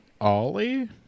Ollie